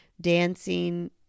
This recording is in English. dancing